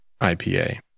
IPA